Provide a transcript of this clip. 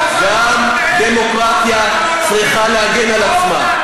גם דמוקרטיה צריכה להגן על עצמה.